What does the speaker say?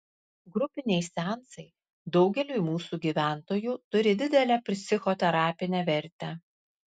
grupiniai seansai daugeliui mūsų gyventojų turi didelę psichoterapinę vertę